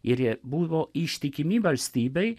ir buvo ištikimi valstybei